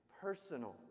personal